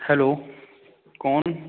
hello कौन